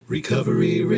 Recovery